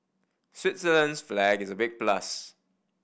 Switzerland's flag is a big plus